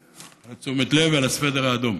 תשומת הלב ועל הסוודר האדום.